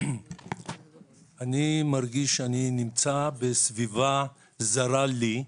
אני מרגיש שאני נמצא בסביבה זרה לי,